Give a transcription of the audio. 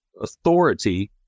authority